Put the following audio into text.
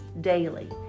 daily